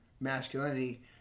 masculinity